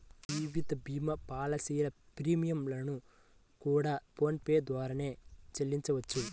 జీవిత భీమా పాలసీల ప్రీమియం లను కూడా ఫోన్ పే ద్వారానే చెల్లించవచ్చు